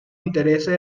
intereses